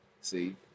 See